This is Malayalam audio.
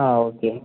ആ ഓക്കെ